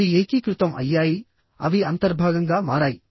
అవి ఏకీకృతం అయ్యాయి అవి అంతర్భాగంగా మారాయి